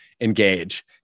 engage